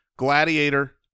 Gladiator